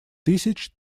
тысяч